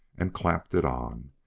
and clapped it on,